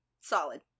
Solid